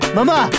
Mama